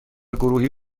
گروهی